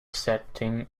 setting